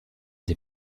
des